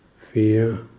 fear